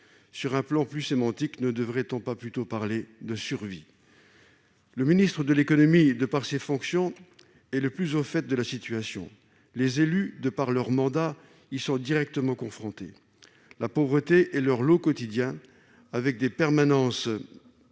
sur un plan davantage sémantique, ne devrait-on pas plutôt parler de « survie »? Le ministre de l'économie, de par ses fonctions, est le plus au fait de la situation. Les élus, de par leurs mandats, y sont directement confrontés. La pauvreté est leur lot quotidien avec des permanences